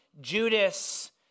Judas